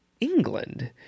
England